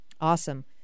Awesome